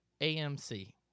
amc